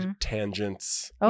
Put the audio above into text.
tangents